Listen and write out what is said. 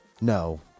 No